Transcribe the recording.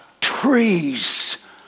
trees